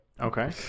Okay